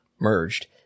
merged